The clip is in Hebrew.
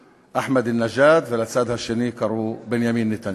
אחמדינג'אד ולצד השני קוראים בנימין נתניהו.